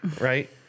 right